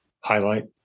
highlight